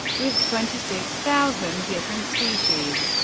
with twenty six thousand different species.